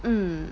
mm